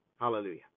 Hallelujah